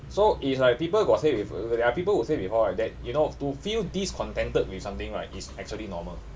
so it's like people got say bef~ uh there are people who say before right that you know to feel discontented with something right is actually normal